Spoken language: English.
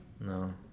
No